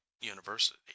University